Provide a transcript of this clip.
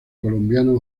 colombiano